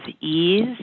ease